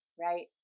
right